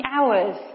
hours